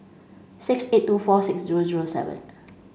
six eight two four six zero zero seven